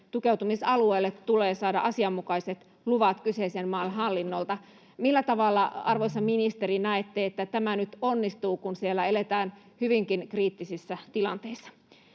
tukeutumisalueelle tulee saada asianmukaiset luvat kyseisen maan hallinnolta. Millä tavalla, arvoisa ministeri, näette, että tämä nyt onnistuu, kun siellä eletään hyvinkin kriittisessä tilanteessa?